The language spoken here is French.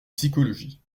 psychologie